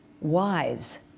wise